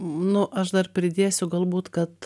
nu aš dar pridėsiu galbūt kad